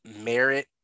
merit